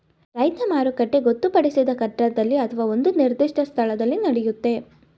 ರೈತ ಮಾರುಕಟ್ಟೆ ಗೊತ್ತುಪಡಿಸಿದ ಕಟ್ಟಡದಲ್ಲಿ ಅತ್ವ ಒಂದು ನಿರ್ದಿಷ್ಟ ಸ್ಥಳದಲ್ಲಿ ನಡೆಯುತ್ತೆ